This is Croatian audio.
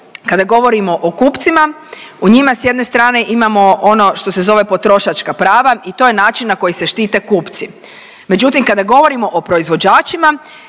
Kada govorimo o kupcima, o njima s jedne strane imamo ono što se zove potrošačka prava i to je način na koji se štite kupci. Međutim kada govorimo o proizvođačima,